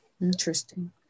Interesting